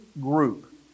group